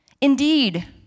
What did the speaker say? indeed